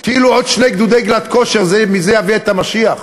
כאילו עוד שני גדודי "גלאט כשר" יביאו את המשיח,